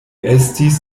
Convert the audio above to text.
estis